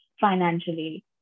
financially